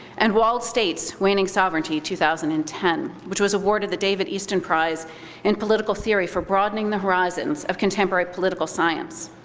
and walled states, waning sovereignty two thousand and ten, which was awarded the david easton prize in political theory for broadening the horizons of contemporary political science.